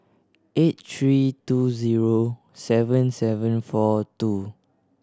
eight three two zero seven seven four two